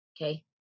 okay